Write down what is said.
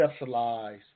conceptualize